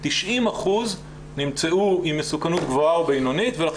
90% נמצאו עם מסוכנות גבוהה או בינונית ולכן